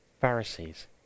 Pharisees